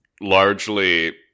largely